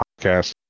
podcast